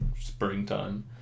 springtime